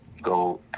go